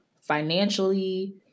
financially